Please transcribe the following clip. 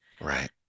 Right